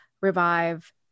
revive